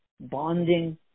bonding